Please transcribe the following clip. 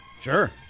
Sure